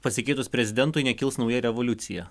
pasikeitus prezidentui nekils nauja revoliucija